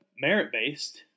Merit-based